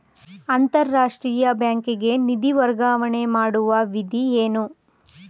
ಅಂತಾರಾಷ್ಟ್ರೀಯ ಬ್ಯಾಂಕಿಗೆ ನಿಧಿ ವರ್ಗಾವಣೆ ಮಾಡುವ ವಿಧಿ ಏನು?